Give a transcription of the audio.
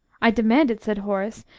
i demand it, said horace,